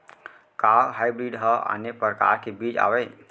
का हाइब्रिड हा आने परकार के बीज आवय?